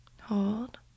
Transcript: Hold